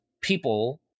people